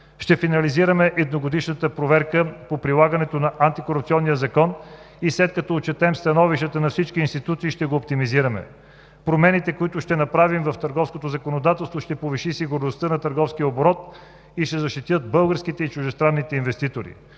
Ще финализираме едногодишната проверка по прилагането на Антикорупционния закон и след като отчетем становищата на всички институции, ще го оптимизираме. Промените, които ще направим в търговското законодателство, ще повишат сигурността на търговския оборот и ще защитят българските и чуждестранните инвеститори.